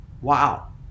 Wow